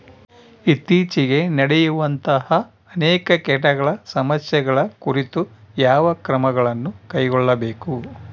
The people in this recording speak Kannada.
ಇತ್ತೇಚಿಗೆ ನಡೆಯುವಂತಹ ಅನೇಕ ಕೇಟಗಳ ಸಮಸ್ಯೆಗಳ ಕುರಿತು ಯಾವ ಕ್ರಮಗಳನ್ನು ಕೈಗೊಳ್ಳಬೇಕು?